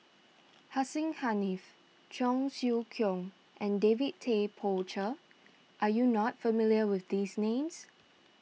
Hussein Haniff Cheong Siew Keong and David Tay Poey Cher are you not familiar with these names